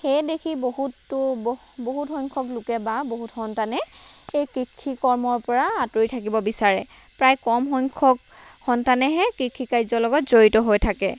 সেয়ে দেখি বহুতো বহুত সংখ্যক লোকে বা বহুত সন্তানে এই কৃষি কৰ্মৰ পৰা আঁতৰি থাকিব বিচাৰে প্ৰায় কম সংখ্যক সন্তানেহে কৃষি কাৰ্যৰ লগত জড়িত হৈ থাকে